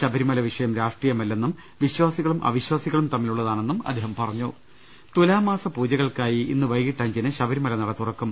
ശബരിമല വിഷയം രാഷ്ട്രീയമല്ലെന്നും വിശ്വാസികളും അവിശ്വാസികളും ത മ്മിലുളളതാണെന്നും അദ്ദേഹം പറഞ്ഞു തുലാമാസ പൂജകൾക്കായി ഇന്ന് വൈകിട്ട് അഞ്ചിന് ശബരിമല നട തുറക്കും